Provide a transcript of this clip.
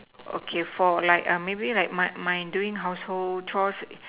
okay for like uh maybe like my mine doing household chores